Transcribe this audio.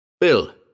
Bill